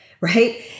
Right